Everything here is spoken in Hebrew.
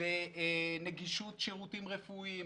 בנגישות לשירותים רפואיים,